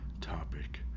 topic